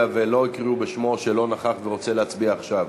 ולא קראו בשמו או שלא נכח ורוצה להצביע עכשיו?